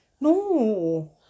No